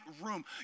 room